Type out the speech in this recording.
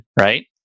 right